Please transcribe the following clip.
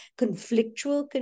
conflictual